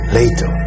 later